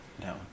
No